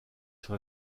sur